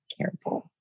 careful